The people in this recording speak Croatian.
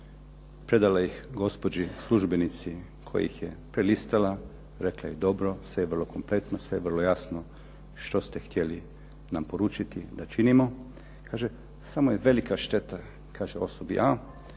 predala ih gospođi službenici koja ih je prelistala. Rekla je dobro. Sve je bilo kompletno, sve je vrlo jasno što ste htjeli poručiti da činimo. Kaže samo je velika šteta, kaže osobi A,